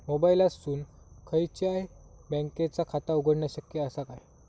मोबाईलातसून खयच्याई बँकेचा खाता उघडणा शक्य असा काय?